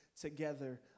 together